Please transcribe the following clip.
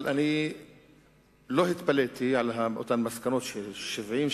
אבל אני לא התפלאתי על אותן מסקנות ש-70%,